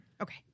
Okay